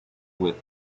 with